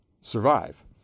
survive